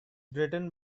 written